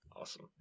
Awesome